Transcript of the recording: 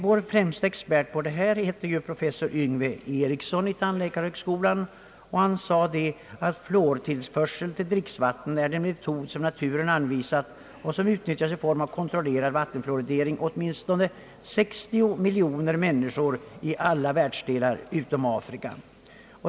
Vår främste expert på detta område, professor Yngve Ericsson vid tandläkarhögskolan, säger i ett uttalande: »Fluortillförsel till dricksvatten är den metod som naturen anvisat och som utnyttjas i form av kontrollerad vattenfluoridering av åtminstone 60 miljoner människor i alla världsdelar utom Afrika.